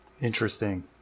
interesting